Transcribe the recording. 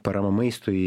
parama maistui